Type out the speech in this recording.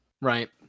Right